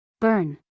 Burn